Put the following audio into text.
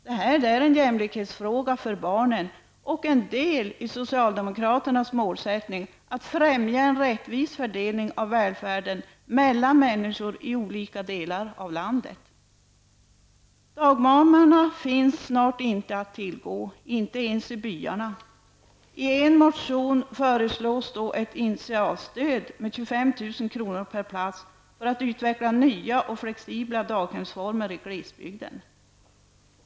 Detta är en fråga om jämlikhet för barnen, och det är en del i socialdemokraternas målsättning att främja en rättvis fördelning av välfärden mellan människor i olika delar av landet. Dagmammorna finns snart inte att tillgå, inte ens i byarna. I en motion föreslås ett initialstöd om 25 000 kr. per plats med syfte att utveckla nya och flexibla daghemsformer i glesbygden.